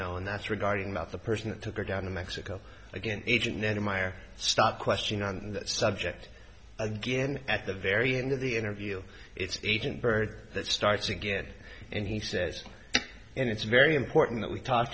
know and that's regarding not the person that took her down to mexico again age and then meyer stopped question on that subject again at the very end of the interview it's agent byrd that starts again and he says and it's very important that we talk